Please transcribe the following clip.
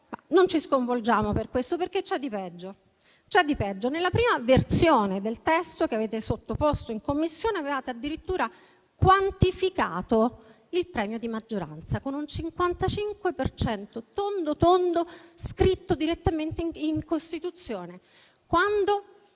Non ci sconvolgiamo per questo perché c'è di peggio. Nella prima versione del testo che avete sottoposto alla Commissione avevate addirittura quantificato il premio di maggioranza, con un 55 per cento tondo tondo, scritto direttamente in Costituzione. Quando